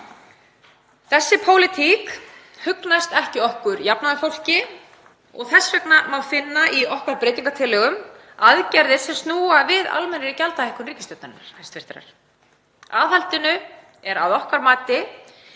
Þessi pólitík hugnast ekki okkur jafnaðarfólki. Þess vegna má finna í okkar breytingartillögum aðgerðir sem snúa við almennri gjaldahækkun ríkisstjórnarinnar. Aðhaldinu er að okkar mati